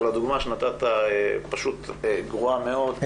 אבל הדוגמא שנתת פשוט גרועה מאוד.